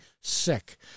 sick